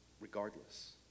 regardless